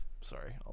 sorry